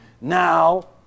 Now